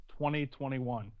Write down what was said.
2021